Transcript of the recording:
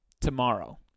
tomorrow